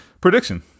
prediction